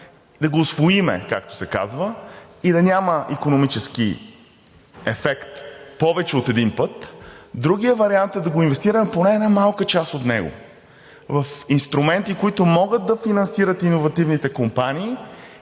да го усвоим, както се казва, и да няма икономически ефект повече от един път. Другият вариант е да го инвестираме, поне една малка част от него, в инструменти, които могат да финансират иновативните компании,